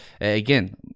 again—